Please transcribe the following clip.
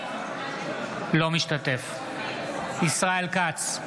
אינו משתתף בהצבעה ישראל כץ,